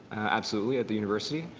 absolutely at the university.